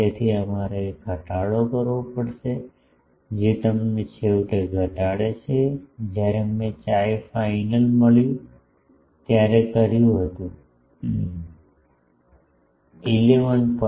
તેથી અમારે હવે ઘટાડો કરવો પડશે જે તમને છેવટે ઘટાડે છે જ્યારે મેં chi ફાઇનલ મળ્યું ત્યારે કર્યુંતું 11